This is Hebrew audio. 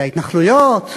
על ההתנחלויות.